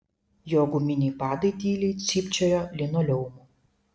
jo guminiai padai tyliai cypčiojo linoleumu